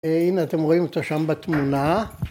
‫הנה, אתם רואים אותה שם בתמונה.